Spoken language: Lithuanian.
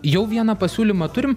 jau vieną pasiūlymą turim